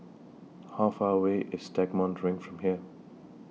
How Far away IS Stagmont Ring from here